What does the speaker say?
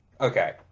okay